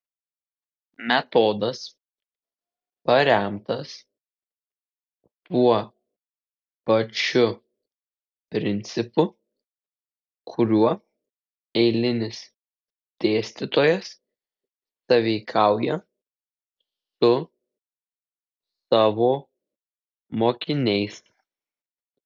metodas paremtas tuo pačiu principu kuriuo eilinis dėstytojas sąveikauja su savo mokiniais